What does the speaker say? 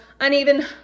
uneven